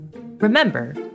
Remember